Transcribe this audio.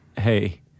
hey